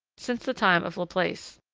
since the time of laplace,